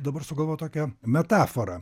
dabar sugalvot tokią metaforą